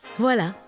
Voilà